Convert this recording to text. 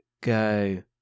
go